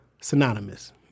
synonymous